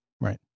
Right